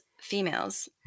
females